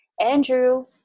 Andrew